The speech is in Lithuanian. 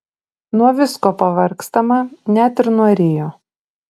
nuo visko pavargstama net ir nuo rio